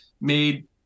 made